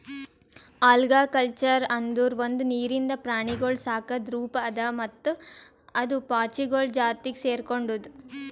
algaculture ಅಂದುರ್ ಒಂದು ನೀರಿಂದ ಪ್ರಾಣಿಗೊಳ್ ಸಾಕದ್ ರೂಪ ಅದಾ ಮತ್ತ ಅದು ಪಾಚಿಗೊಳ್ ಜಾತಿಗ್ ಸೆರ್ಕೊಂಡುದ್